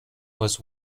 was